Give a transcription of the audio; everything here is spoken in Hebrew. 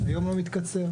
היום לא מתקצר.